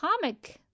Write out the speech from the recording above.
comic